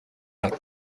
out